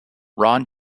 ron